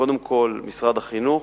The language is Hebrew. קודם כול משרד החינוך,